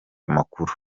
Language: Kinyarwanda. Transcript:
amakuru